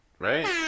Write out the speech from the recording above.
right